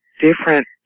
different